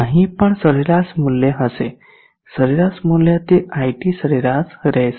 અહીં પણ સરેરાશ મૂલ્ય હશે સરેરાશ મૂલ્ય તે iT સરેરાશ રહેશે